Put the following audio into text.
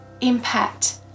impact